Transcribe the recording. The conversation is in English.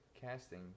casting